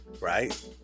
Right